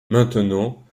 maintenant